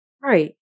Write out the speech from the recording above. Right